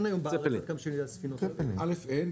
אין היום --- א' אין,